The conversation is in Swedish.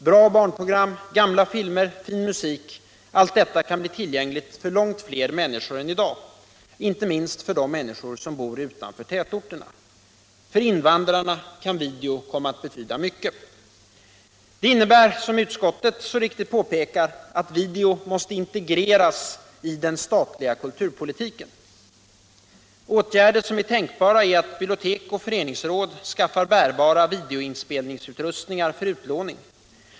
Bra barnprogram, gamla filmer, fin musik — allt detta kan bli tillgängligt för långt fler människor än i dag, inte minst för de människor som bor utanför tätorterna. För invandrarna kan video komma att betyda mycket. Det innebär, som utskottet så riktigt påpekar, att video måste integreras i den statliga kulturpolitiken. Åtgärder som är tänkbara är att bibliotek och föreningsråd skaffar bärbara videoinspelningsutrustningar för utlåning.